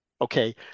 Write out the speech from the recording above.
Okay